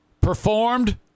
performed